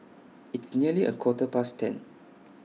its nearly A Quarter Past ten